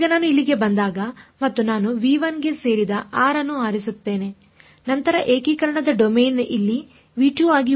ಈಗ ನಾನು ಇಲ್ಲಿಗೆ ಬಂದಾಗ ಮತ್ತು ನಾನು ಗೆ ಸೇರಿದ r ಅನ್ನು ಆರಿಸುತ್ತೇನೆ ನಂತರ ಏಕೀಕರಣದ ಡೊಮೇನ್ ಇಲ್ಲಿ ಆಗಿ ಉಳಿದಿದೆ ಎಂದು ನೀವು ನೋಡುತ್ತೀರಿ